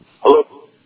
Hello